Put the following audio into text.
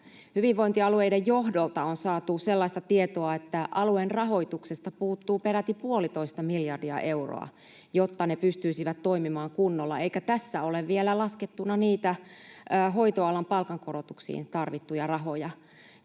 Hyvinvointialueiden johdolta on saatu sellaista tietoa, että alueiden rahoituksesta puuttuu peräti puolitoista miljardia euroa, jotta ne pystyisivät toimimaan kunnolla, eikä tässä ole vielä laskettuna niitä hoitoalan palkankorotuksiin tarvittuja rahoja.